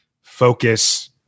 focus